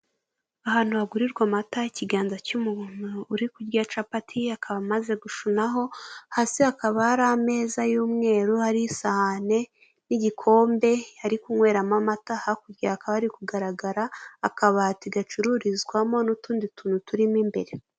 Ahantu hagurirwa amata ikiganza cy'umuntu uri kurya capati akaba amaze gushunaho hasi hakaba hari ameza y'umweru hari isahane n'igikombe hari kunyweramo amata hakurya ha akaba ari kugaragara akabati gacururizwamo n'utundi tuntu turimo imbere.